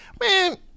Man